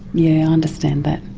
yeah, i understand that.